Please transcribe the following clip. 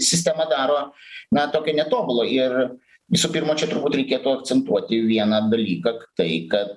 sistemą daro na tokią netobulą ir visų pirma čia turbūt reikėtų akcentuoti vieną dalyką tai kad